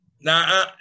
Now